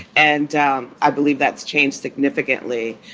and um i believe that's changed significantly,